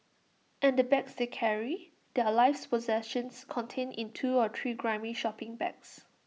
and the bags they carry their life's possessions contained in two or three grimy shopping bags